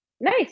nice